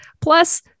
plus